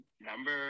number